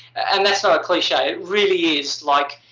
and that's not a cliche, it really is like